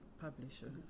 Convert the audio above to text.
publisher